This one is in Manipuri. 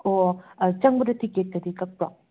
ꯑꯣ ꯆꯪꯕꯗ ꯇꯤꯀꯦꯠꯀꯗꯤ ꯀꯛꯄ꯭ꯔꯣ